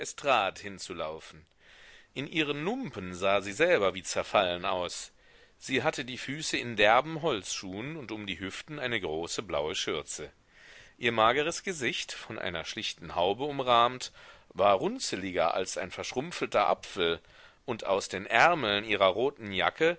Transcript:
hinzulaufen in ihren lumpen sah sie selber wie zerfallen aus sie hatte die füße in derben holzschuhen und um die hüften eine große blaue schürze ihr mageres gesicht von einer schlichten haube umrahmt war runzeliger als ein verschrumpfelter apfel und aus den ärmeln ihrer roten jacke